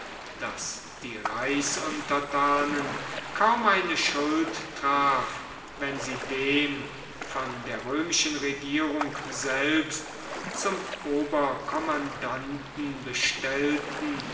daß die reichsuntertanen kaum eine schuld traf wenn sie dem von der römischen regierung selbst zum oberkommandanten bestellten